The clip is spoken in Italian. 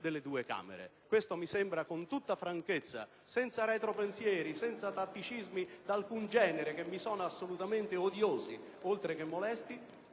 delle due Camere. Questo con tutta franchezza mi sembra, senza retropensieri, senza tatticismi di alcun genere - che mi sono assolutamente odiosi oltre che molesti